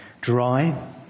dry